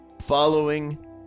Following